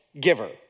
giver